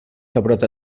pebrot